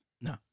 No